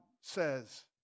says